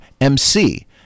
mc